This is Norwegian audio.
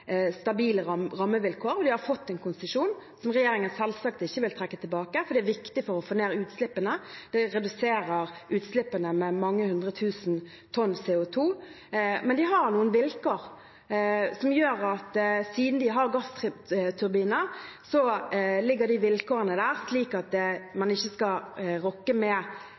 de skal ha stabile rammevilkår. De har fått en konsesjon, som regjeringen selvsagt ikke vil trekke tilbake, for det er viktig for å få ned utslippene. Det reduserer utslippene med mange hundre tusen tonn CO 2 . Men de har noen vilkår. Siden de har gassturbiner, ligger de vilkårene der, slik at man ikke skal rokke